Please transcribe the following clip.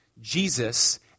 Jesus